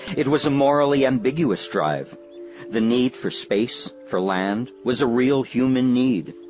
it was a morally ambiguous drive the need for space, for land, was a real human need.